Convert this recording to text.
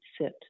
sit